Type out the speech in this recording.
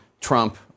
trump